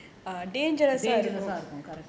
dangerous ah இருக்கும்:irukkum